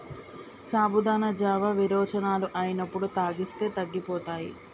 సాబుదానా జావా విరోచనాలు అయినప్పుడు తాగిస్తే తగ్గిపోతాయి